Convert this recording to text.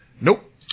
Nope